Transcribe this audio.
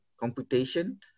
computation